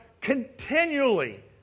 continually